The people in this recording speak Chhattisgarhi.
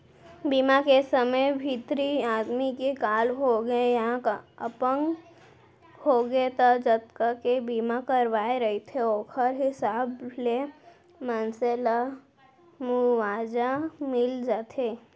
बीमा के समे भितरी आदमी के काल होगे या अपंग होगे त जतका के बीमा करवाए रहिथे ओखर हिसाब ले मनसे ल मुवाजा मिल जाथे